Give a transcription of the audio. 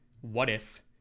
what-if